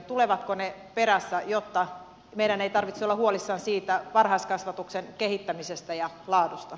tulevatko ne perässä jotta meidän ei tarvitse olla huolissamme siitä varhaiskasvatuksen kehittämisestä ja laadusta